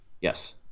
Yes